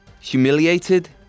humiliated